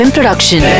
Production